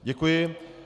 Děkuji.